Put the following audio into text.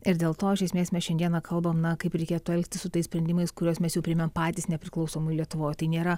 ir dėl to iš esmės mes šiandieną kalbam na kaip reikėtų elgtis su tais sprendimais kuriuos mes jau priimėm patys nepriklausomoj lietuvoje tai nėra